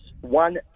One